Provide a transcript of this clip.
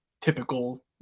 typical